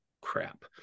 crap